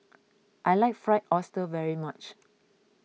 I like Fried Oyster very much